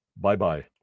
bye-bye